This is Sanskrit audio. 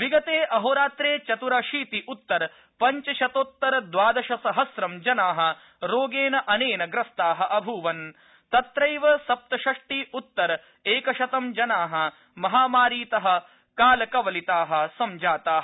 विगते अहोरात्रे चतुरशीति उत्तर पञ्चशतोत्तर द्वादशसहस्रं जनाः रोगेनानेन ग्रस्ताः अभवन् तत्रैव सप्तषषष्टि उत्तर एकशतं जना महामारीतः कालकवलिताः सञ्जाताः